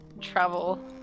travel